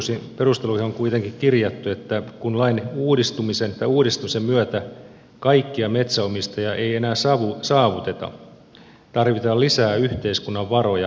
lain perusteluihin on kuitenkin kirjattu että kun lain uudistuksen myötä kaikkia metsänomistajia ei enää saavuteta tarvitaan lisää yhteiskunnan varoja metsäkeskuksille